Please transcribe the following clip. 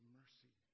mercy